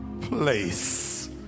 place